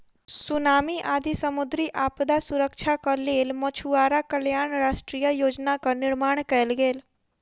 tsunami आदि समुद्री आपदा सॅ सुरक्षाक लेल मछुआरा कल्याण राष्ट्रीय योजनाक निर्माण कयल गेल